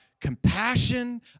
compassion